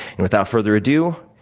and without further ado,